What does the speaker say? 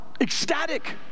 ecstatic